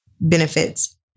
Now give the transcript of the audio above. benefits